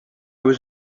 was